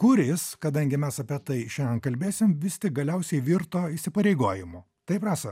kuris kadangi mes apie tai šiandien kalbėsim vis tik galiausiai virto įsipareigojimu taip rasa